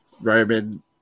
Roman